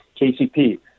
KCP